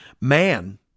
Man